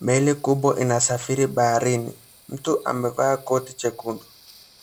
Meli kubwa inasafiri baharini. Mtu amevaa koti jekundu.